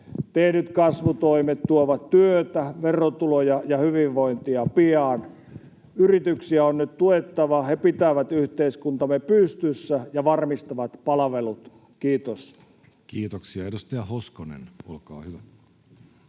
Tehdyt kasvutoimet tuovat työtä, verotuloja ja hyvinvointia pian. Yrityksiä on nyt tuettava. He pitävät yhteiskuntamme pystyssä ja varmistavat palvelut. — Kiitos. Kiitoksia. — Edustaja Hoskonen, olkaa hyvä.